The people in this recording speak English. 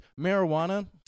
marijuana